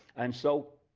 and so.